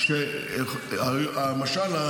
למשל,